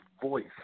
voice